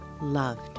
loved